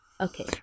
Okay